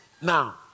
Now